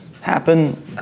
happen